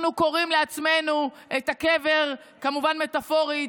אנחנו כורים לעצמנו את הקבר, כמובן מטפורית,